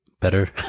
better